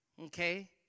Okay